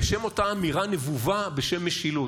בשם אותה אמירה נבובה: משילות.